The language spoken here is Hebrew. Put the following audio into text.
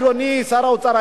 אדוני שר האוצר,